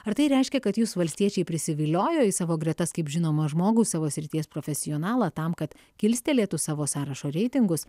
ar tai reiškia kad jus valstiečiai prisiviliojo į savo gretas kaip žinomą žmogų savo srities profesionalą tam kad kilstelėtų savo sąrašo reitingus